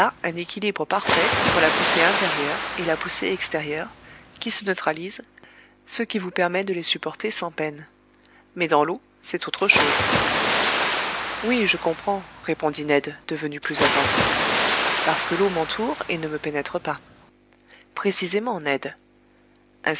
un équilibre parfait entre la poussée intérieure et la poussée extérieure qui se neutralisent ce qui vous permet de les supporter sans peine mais dans l'eau c'est autre chose oui je comprends répondit ned devenu plus attentif parce que l'eau m'entoure et ne me pénètre pas précisément ned